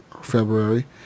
February